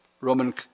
Roman